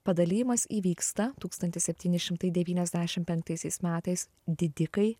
padalijimas įvyksta tūkstantis septyni šimtai devyniasdešim penktaisiais metais didikai